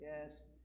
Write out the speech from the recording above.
Yes